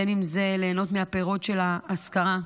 בין שזה ליהנות מהפירות של ההשכרה,